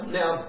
now